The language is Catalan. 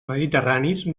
mediterranis